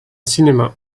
cinéma